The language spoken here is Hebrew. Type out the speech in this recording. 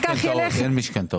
אין משכנתאות.